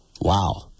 Wow